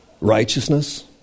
Righteousness